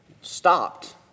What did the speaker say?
stopped